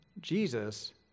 Jesus